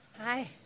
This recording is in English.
Hi